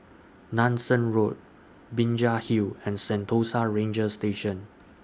Nanson Road Binjai Hill and Sentosa Ranger Station